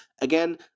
Again